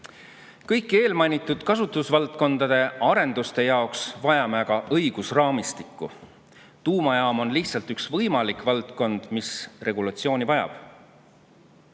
Kõigi eelmainitud kasutusvaldkondade arenduste jaoks vajame aga õigusraamistikku. Tuumajaam on lihtsalt üks võimalik valdkond, mis regulatsiooni vajab. Head